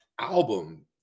album